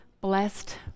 blessed